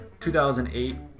2008